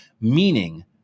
meaning